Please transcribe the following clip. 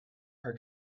her